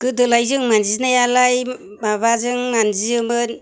गोदोलाय जों मान्जिनायालाय माबाजों मान्जियोमोन